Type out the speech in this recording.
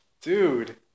dude